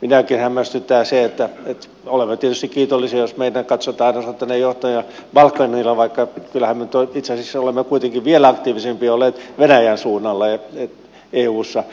minuakin hämmästyttää se ja olemme tietysti kiitollisia jos meidän katsotaan osoittaneen johtajuutta balkanilla vaikka kyllähän me nyt itse asiassa olemme kuitenkin vielä aktiivisempia olleet venäjän suunnalla eussa